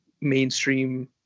mainstream